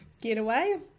getaway